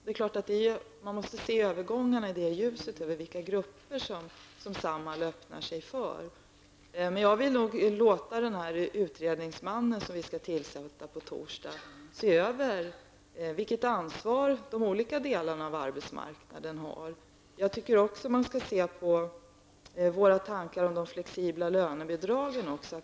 Man måste se övergångarna i ljuset av vilka grupper som Samhall öppnar sig för. Jag vill emellertid låta den utredningsman som vi skall tillsätta på torsdag se över frågan om vilket ansvar de olika delarna av arbetsmarknaden har. Jag tycker också att översynen skall gälla våra tankegångar om de flexibla lönebidragen.